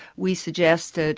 we suggested